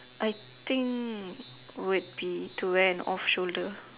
I think would be to wear an off shoulder